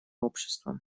обществом